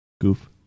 goof